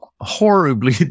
horribly